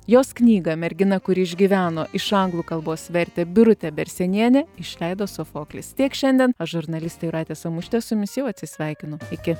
jos knygą mergina kuri išgyveno iš anglų kalbos vertė birutė bersėnienė išleido sofoklis tiek šiandien aš žurnalistė jūratė samušytė su jumis jau atsisveikinu iki